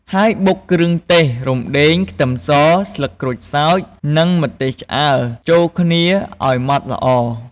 ហើយបុកគ្រឿងទេស រំដេង ខ្ទឹមស ស្លឹកក្រូចសើច និងម្ទេសឆ្អើរ ចូលគ្នាឱ្យម៉ដ្ឋល្អ។